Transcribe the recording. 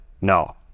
No